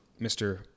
Mr